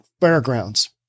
Fairgrounds